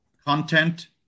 Content